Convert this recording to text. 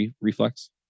Reflex